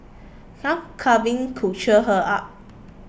some cuddling could cheer her up